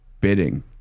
bidding